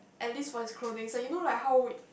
at least for his clothings you know like how